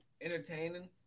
entertaining